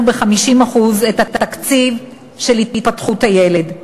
ב-50% את התקציב של המכון להתפתחות הילד.